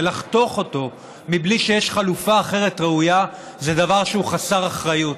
ולחתוך אותו בלי שיש חלופה ראויה אחרת זה דבר שהוא חסר אחריות.